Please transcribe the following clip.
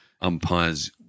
umpires